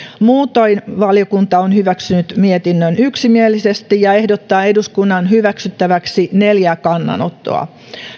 muutoin valiokunta on hyväksynyt mietinnön yksimielisesti ja ehdottaa eduskunnan hyväksyttäväksi neljää kannanottoa